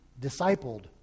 discipled